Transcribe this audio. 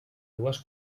dues